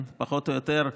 פחות או יותר,